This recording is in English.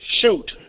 shoot